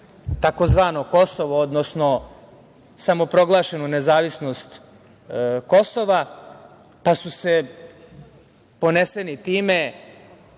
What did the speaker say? tzv. Kosovo, odnosno samoproglašenu nezavisnost Kosova, pa su poneseni time